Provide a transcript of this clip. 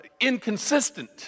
inconsistent